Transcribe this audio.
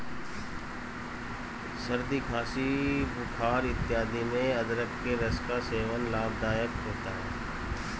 सर्दी खांसी बुखार इत्यादि में अदरक के रस का सेवन लाभदायक होता है